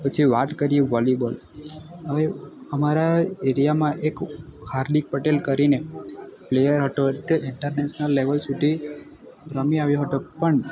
પછી વાત કરીએ વોલીબોલ હવે અમારા એરિયામાં એક હાર્નિક પટેલ કરીને પ્લેયર હતો તે ઇન્ટરનેશનલ લેવલ સુધી રમી આવ્યો હતો પણ